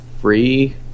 free